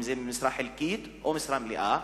אם זה במשרה חלקית או במשרה מלאה,